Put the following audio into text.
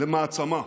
למעצמה.